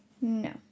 No